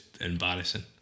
embarrassing